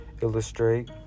illustrate